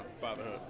fatherhood